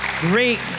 Great